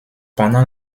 pendant